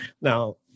Now